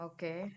Okay